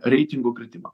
reitingų kritimą